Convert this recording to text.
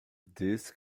this